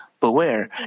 Beware